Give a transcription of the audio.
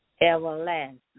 everlasting